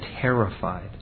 terrified